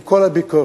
עם כל הביקורת,